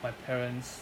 my parents